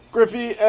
Griffey